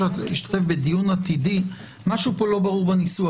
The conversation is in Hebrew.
השתתף בדיון עתידי - משהו פה לא ברור בניסוח.